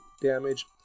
damage